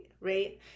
right